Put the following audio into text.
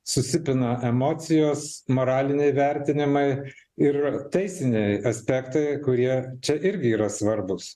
susipina emocijos moraliniai vertinimai ir teisiniai aspektai kurie čia irgi yra svarbūs